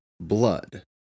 blood